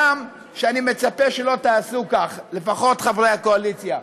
הגם שאני מצפה שלא תעשו כך, לפחות חברי הקואליציה.